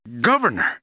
Governor